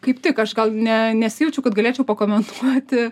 kaip tik aš gal ne nesijaučiu kad galėčiau pakomentuoti